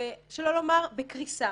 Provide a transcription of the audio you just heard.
שלא לומר בקריסה.